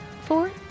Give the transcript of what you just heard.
Four